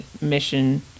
mission